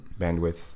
bandwidth